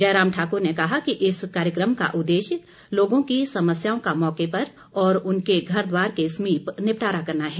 जयराम ठाकुर ने कहा कि इस कार्यक्रम का उद्देश्य लोगों की समस्याओं का मौके पर और उनके घरद्वार के समीप निपटारा करना है